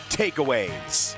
takeaways